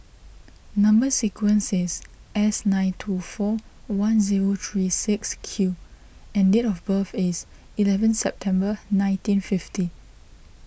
Number Sequence is S nine two four one zero three six Q and date of birth is eleven September nineteen fifty